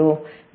252